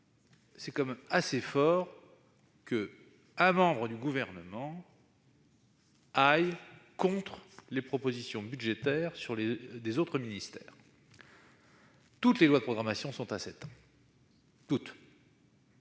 tout de même un peu fort qu'un membre du Gouvernement aille contre les propositions budgétaires des autres ministères. Toutes les lois de programmation sont à sept ans. Et